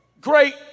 great